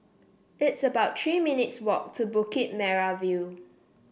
it's about Three minutes' walk to Bukit Merah View